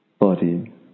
body